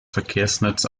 verkehrsnetz